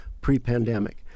pre-pandemic